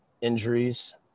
injuries